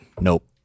nope